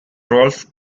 rolf